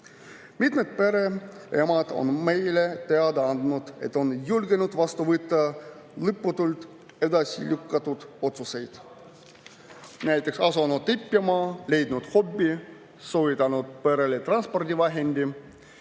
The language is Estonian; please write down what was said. Mitmed pereemad on meile teada andnud, et on julgenud vastu võtta lõputult edasi lükatud otsuseid: asunud õppima, leidnud hobi, soetanud perele transpordivahendi,